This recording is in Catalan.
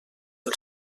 del